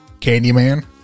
Candyman